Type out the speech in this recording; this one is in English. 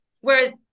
whereas